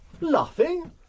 Laughing